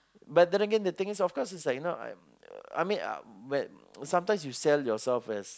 but then again the things of course it's like you know like I I uh I mean sometimes you sell yourself as